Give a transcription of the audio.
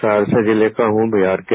सहरसा जिले का हूं बिहार के